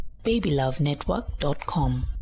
babylovenetwork.com